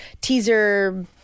teaser